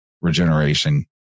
regeneration